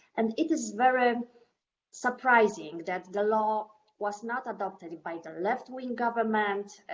and it is very surprising that the law was not adopted by a left-wing government,